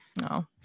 No